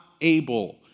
able